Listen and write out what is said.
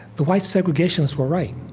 the white segregationists were right.